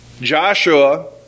Joshua